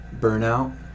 burnout